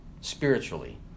spiritually